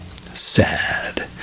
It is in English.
sad